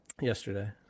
Yesterday